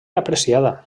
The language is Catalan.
apreciada